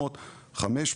400 ₪,